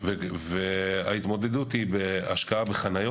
וההתמודדות היא בהשקעה בחניות,